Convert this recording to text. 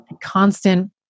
constant